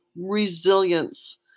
resilience